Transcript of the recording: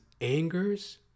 angers